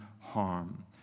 harm